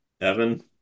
Evan